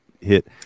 hit